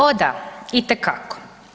O da, itekako.